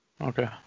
Okay